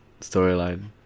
storyline